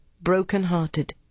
broken-hearted